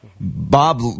Bob